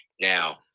Now